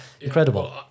incredible